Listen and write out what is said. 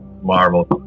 Marvel